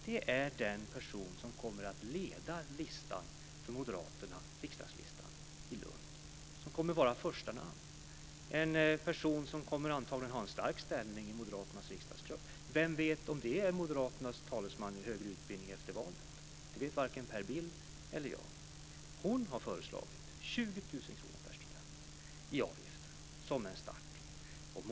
Det är den person som kommer att leda riksdagslistan för Moderaterna i Lund. Hon kommer att vara första namn. Det är en person som antagligen kommer att ha en stark ställning i Moderaternas riksdagsgrupp. Vem vet om det är Moderaternas talesman i högre utbildning efter valet? Det vet varken Per Bill eller jag. Hon har föreslagit 20 000 kr per student i avgift som en start.